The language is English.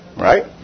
right